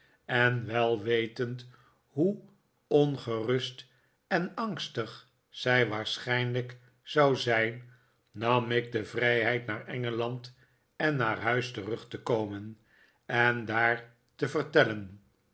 en wel wetend hoe ongerust en angstig zij waarschijnlijk zou zijn nam ik de vrijheid naar engeland en naar huis terug te komen en daar te vertellen